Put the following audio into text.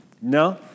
No